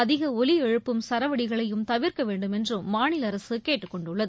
அதிக ஒலி எழுப்பும் சரவெடிகளையும் தவிர்க்க வேண்டுமென்றும் மாநில அரசு கேட்டுக் கொண்டுள்ளது